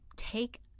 take